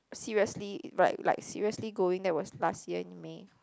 seriously but like seriously going that was last year in May